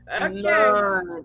Okay